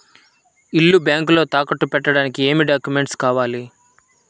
ఇల్లు బ్యాంకులో తాకట్టు పెట్టడానికి ఏమి డాక్యూమెంట్స్ కావాలి?